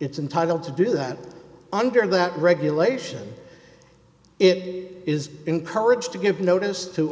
its entitle to do that under that regulation it is encouraged to give notice to